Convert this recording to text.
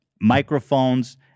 microphones